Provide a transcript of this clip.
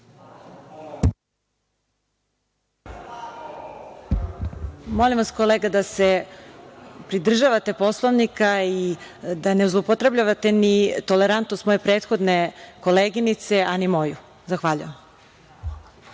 Molim vas, kolega, da se pridržavate Poslovnika i da ne zloupotrebljavate ni tolerantnost moje prethodne koleginice, a ni moju. Zahvaljujem. Po